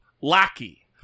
lackey